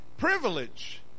privilege